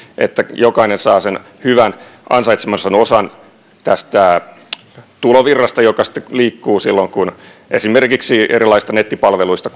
että jokainen saa sen hyvän ansaitsemansa osan siitä tulovirrasta joka liikkuu silloin kun esimerkiksi erilaisista nettipalveluista